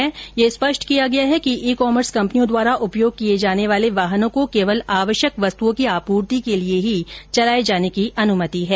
दिशानिर्देशों के तहत यह स्पष्ट किया गया है कि ई कॉमर्स कंपनियों द्वारा उपयोग किए जाने वाले वाहनों को केवल आवश्यक वस्तुओं की आपूर्ति के लिए ही चलाये जाने की अनुमति है